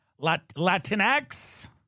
Latinx